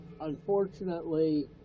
Unfortunately